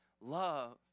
love